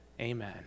Amen